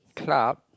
club